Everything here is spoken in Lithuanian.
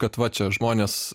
kad va čia žmonės